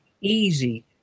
easy